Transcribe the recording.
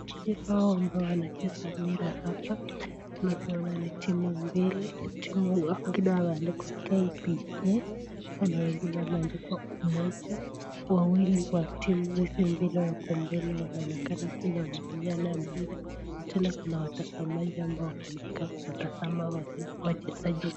Hawa ambao wanacheza mpira hapa tunavyoona ni timu mbili, wengine wameandikwa KPS ns wengine wameandikwa kwa umoja, wawili wa timu hizi mbili wako mbele wanaonekana kunyang'anyana mpira, tena kuna watazamaji ambap wamekaa kuwatazama wachezaji hawa.